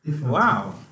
Wow